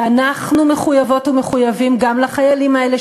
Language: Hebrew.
ואנחנו מחויבות ומחויבים גם לחיילים האלה,